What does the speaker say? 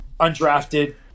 undrafted